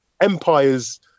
empires